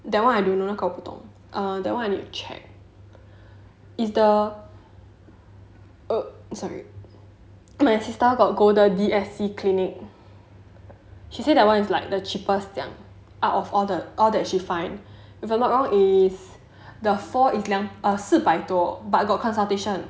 that one I don't know 那个我不懂 err that [one] I need to check if the oh sorry my sister got go the D_F_C clinic she say that one is like the cheapest 这样 out of all the all that she find if I'm not wrong is the fall is 四百多 but got consultation